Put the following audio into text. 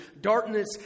Darkness